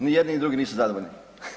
Ni jedni, ni drugi nisu zadovoljni.